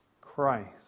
Christ